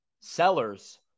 sellers